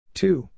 two